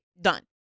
Done